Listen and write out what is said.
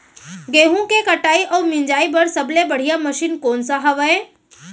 गेहूँ के कटाई अऊ मिंजाई बर सबले बढ़िया मशीन कोन सा हवये?